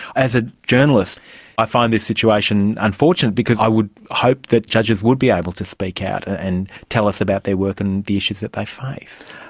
as a journalist i find this situation unfortunate because i would hope that judges would be able to speak out and tell us about their work and the issues that they face.